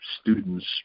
students